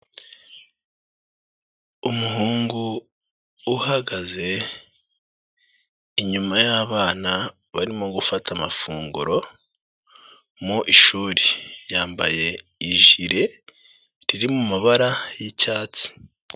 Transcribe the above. Umuhungu uhagaze inyuma y'abana barimo gufata amafunguro mu ishuri. Yambaye ijire riri mu mabara y'icyatsi.